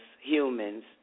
humans